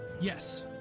Yes